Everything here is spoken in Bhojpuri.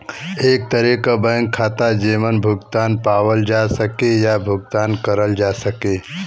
एक तरे क बैंक खाता जेमन भुगतान पावल जा सके या भुगतान करल जा सके